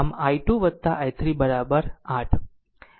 આમ i 2 i3 8